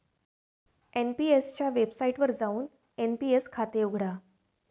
NPS च्या वेबसाइटवर जाऊन एन.पी.एस खाते उघडा